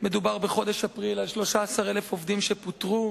מדובר בחודש אפריל על 13,000 עובדים שפוטרו,